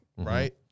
right